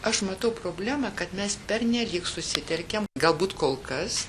aš matau problemą kad mes pernelyg susitelkėm galbūt kol kas